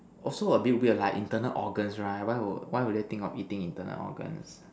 also a bit weird lah internal organ right why would why would they eat internal organs